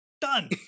done